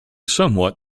somewhat